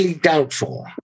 doubtful